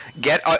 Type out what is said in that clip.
get